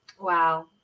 Wow